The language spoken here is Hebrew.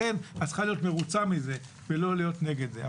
לכן את צריכה להיות מרוצה מזה ולא להיות נגד זה.